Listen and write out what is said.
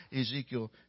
Ezekiel